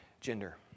gender